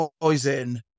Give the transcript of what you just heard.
poison